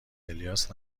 الیاس